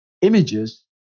images